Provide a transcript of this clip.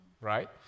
right